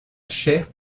chère